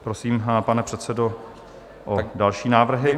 Prosím, pane předsedo, o další návrhy.